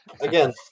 Again